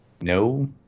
No